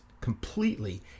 completely